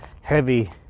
heavy